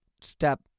step